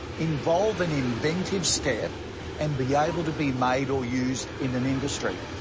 involve an inventive step and be able to be made or used in an industry.